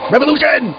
Revolution